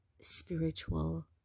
spiritual